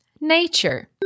nature